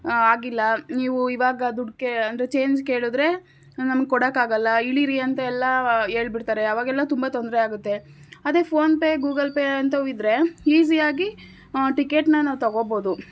ಆಗಿಲ್ಲ ನೀವು ಇವಾಗ ದುಡ್ಡು ಕೇ ಅಂದರೆ ಚೇಂಜ್ ಕೇಳಿದ್ರೆ ನಮ್ಗೆ ಕೊಡೋಕ್ಕಾಗಲ್ಲ ಇಳೀರಿ ಅಂತ ಎಲ್ಲ ಹೇಳ್ಬಿಡ್ತಾರೆ ಆವಾಗೆಲ್ಲಾ ತುಂಬ ತೊಂದರೆ ಆಗುತ್ತೆ ಅದೇ ಫೋನ್ಪೇ ಗೂಗಲ್ ಪೇ ಅಂಥವು ಇದ್ದರೆ ಈಸಿಯಾಗಿ ಟಿಕೆಟನ್ನ ನಾವು ತಗೋಬೋದು